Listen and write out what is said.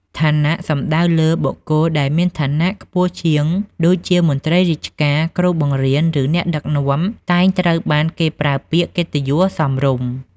ឋានៈសំដៅលើ បុគ្គលដែលមានឋានៈខ្ពស់ជាងដូចជាមន្ត្រីរាជការ គ្រូបង្រៀន ឬអ្នកដឹកនាំ តែងត្រូវបានគេប្រើពាក្យកិត្តិយសសមរម្យ។